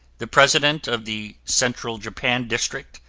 the president of the central japan district,